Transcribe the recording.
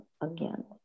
again